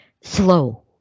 slow